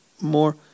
more